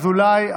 ינון אזולאי,